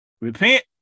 Repent